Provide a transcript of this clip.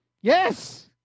Yes